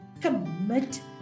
commit